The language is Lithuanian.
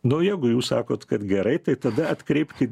nu jeigu jūs sakot kad gerai tai tada atkreipkit